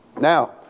Now